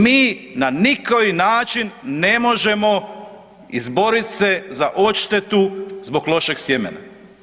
Mi na ni koji način ne možemo izborit se za odštetu zbog lošeg sjemena.